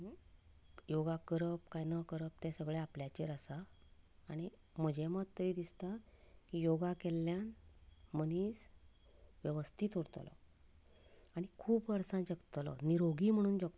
योगा करप काय ना करप ते सगळें आपल्याचेर आसा आनी म्हजें मत थंय दिसता योगा केल्ल्यान मनीस वेवस्थीत उरतलो आनी खूब वर्सां जगतलो निरोगी म्हणून जगतलो